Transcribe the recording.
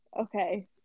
Okay